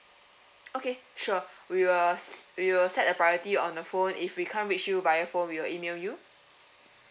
okay sure we will s~ we will set a priority on the phone if we can't reach you by your phone we will email you